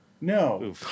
No